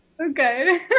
Okay